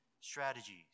strategies